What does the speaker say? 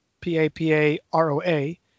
P-A-P-A-R-O-A